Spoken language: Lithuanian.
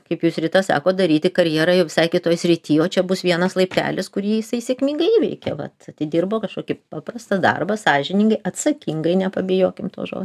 kaip jūs rita sakot daryti karjerą jau visai kitoj srity o čia bus vienas laiptelis kurį jisai sėkmingai įveikė vat atidirbo kažkokį paprastą darbą sąžiningai atsakingai nepabijokim to žo